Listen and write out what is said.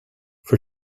for